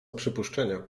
przypuszczenie